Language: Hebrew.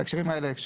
בהקשרים האלה,